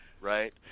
right